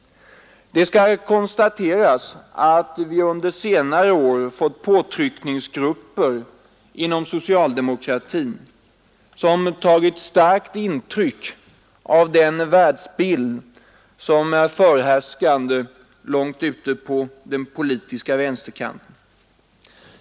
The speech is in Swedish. Det skall konstateras att vi under senare år fått påtryckningsgrupper inom socialdemokratin som tagit starkt intryck av den världsbild som är förhärskande långt ute på den politiska vänsterkanten.